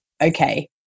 okay